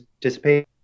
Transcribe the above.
dissipate